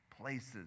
places